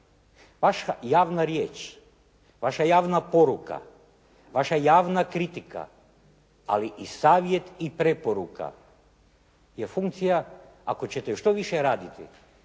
Vaša javna riječ, vaša javna poruka, vaša javna kritika, ali i savjet i preporuka je funkcija, ako ćete što više raditi,